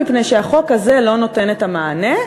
מפני שהחוק הזה לא נותן את המענה,